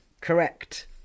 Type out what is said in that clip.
correct